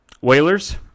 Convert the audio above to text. Whalers